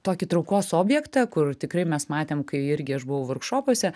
tokį traukos objektą kur tikrai mes matėm kai irgi aš buvau vorkšopuose